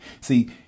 See